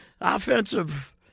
offensive